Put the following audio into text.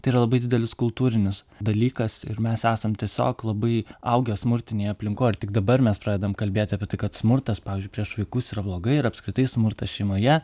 tai yra labai didelis kultūrinis dalykas ir mes esam tiesiog labai augę smurtinėj aplinkoj ir tik dabar mes pradedam kalbėt apie tai kad smurtas pavyzdžiui prieš vaikus yra blogai ir apskritai smurtas šeimoje